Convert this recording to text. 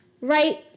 right